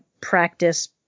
practice